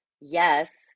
yes